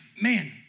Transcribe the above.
man